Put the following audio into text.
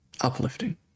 uplifting